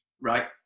Right